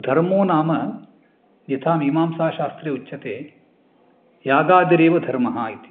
धर्मोनाम यथामिमांसाशास्त्रे उच्यते यागादिरेव धर्मः इति